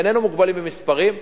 איננו מוגבלים במספרים.